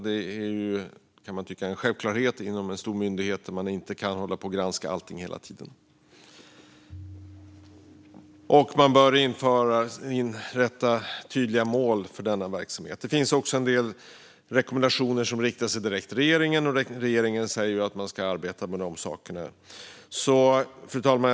Det kan tyckas som en självklarhet att en stor myndighet inte kan hålla på att granska allting hela tiden. Det bör också inrättas tydliga mål för denna verksamhet. En del rekommendationer riktar sig direkt till regeringen, och regeringen säger att den ska arbeta med dessa saker. Fru talman!